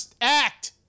act